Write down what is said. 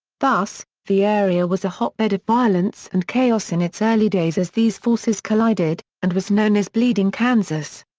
thus, the area was a hotbed of violence and chaos in its early days as these forces collided, and was known as bleeding kansas.